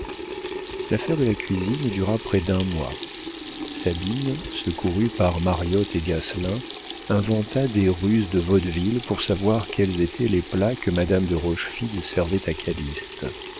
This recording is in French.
l'affaire de la cuisine dura près d'un mois sabine secourue par mariotte et gasselin inventa des ruses de vaudeville pour savoir quels étaient les plats que madame de rochefide servait à